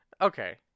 Okay